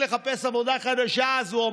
אני